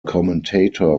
commentator